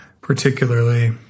particularly